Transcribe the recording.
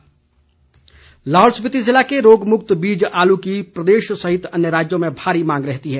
लाहौल आलू लाहौल स्पिति जिले के रोगमुक्त बीज आलू की प्रदेश सहित अन्य राज्यों में भारी मांग रहती है